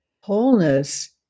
Wholeness